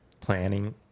planning